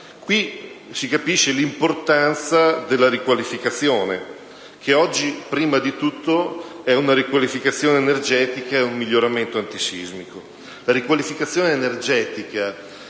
si capisce l'importanza della riqualificazione, che oggi è prima di tutto una riqualificazione energetica e un miglioramento antisismico.